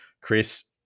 Chris